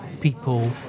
people